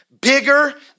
bigger